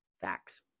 Facts